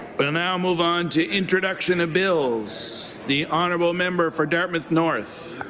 but now move on to introduction of bills. the honourable member for dartmouth north.